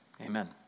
amen